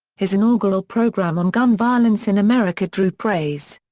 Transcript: his inaugural program on gun violence in america drew praise.